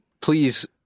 please